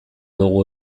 dugu